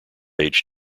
age